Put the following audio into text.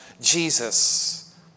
Jesus